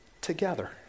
together